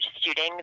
shooting